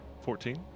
Fourteen